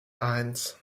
eins